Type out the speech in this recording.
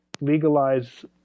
legalize